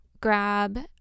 Grab